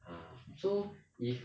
ah so if